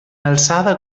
alçada